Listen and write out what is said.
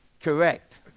Correct